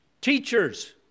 Teachers